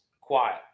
quiet